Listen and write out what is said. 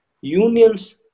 unions